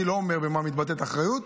אני לא אומר במה מתבטאת האחריות.